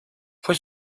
fue